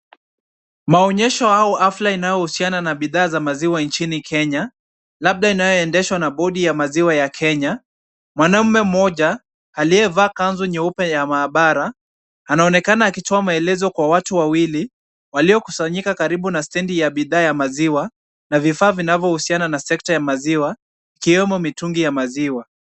Maonyesho au hafla inayohusiana na bidhaa za maziwa nchini Kenya, labda inayoendeshwa na bodi ya maziwa ya Kenya. Mwanaume mmoja aliyevaa kanzu nyeupe ya maabara, anaonekana akitoa maelezo kwa watu wawili waliokusanyika karibu na stendi ya bidhaa ya maziwa na vifaa vinavyohusiana na sekta ya maziwa ikiwemo mitungi ya maziwa.